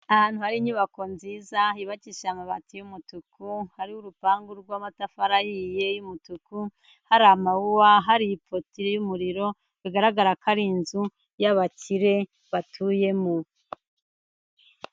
Ahantu hari inyubako nziza hubakishije amabati y'umutuku, hari urupangu rw'amatafari ahiye y'umutuku, hari amawuwa, hari ipoto y'umuriro bigaragara ko ari inzu y'abakire batuyemo.